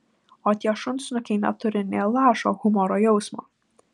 o tie šunsnukiai neturi nė lašo humoro jausmo